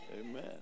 Amen